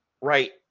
Right